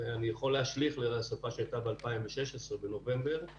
ואני יכול להשליך על השרפה שהייתה בנובמבר 2016